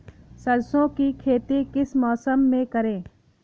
सरसों की खेती किस मौसम में करें?